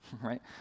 right